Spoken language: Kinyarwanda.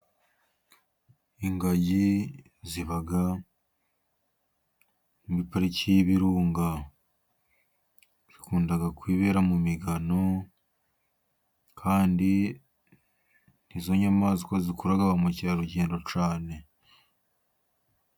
Ingagi ziba muri pariki y'ibirunga, zikunda kwibera mu migano kandi nizo nyamaswa, zikurura ba mukerarugendo cyane.